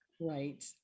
Right